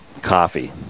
coffee